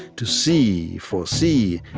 to see, foresee,